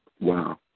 Wow